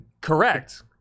Correct